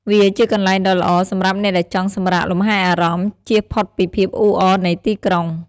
វាជាកន្លែងដ៏ល្អសម្រាប់អ្នកដែលចង់សម្រាកលំហែអារម្មណ៍ ជៀសផុតពីភាពអ៊ូអរនៃទីក្រុង។